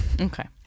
Okay